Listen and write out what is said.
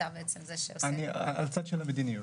אתה בעצם זה שעושה הצד של המדיניות.